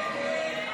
תקציב.